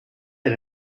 had